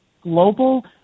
Global